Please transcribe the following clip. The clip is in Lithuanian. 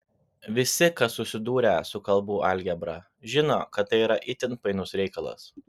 visi kas susidūrę su kalbų algebra žino kad tai yra itin painus reikalas